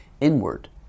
inward